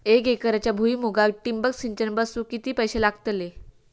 एक एकरच्या भुईमुगाक ठिबक सिंचन बसवूक किती पैशे लागतले?